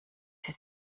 sie